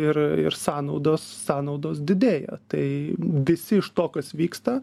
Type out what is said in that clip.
ir sąnaudos sąnaudos didėja tai visi iš to kas vyksta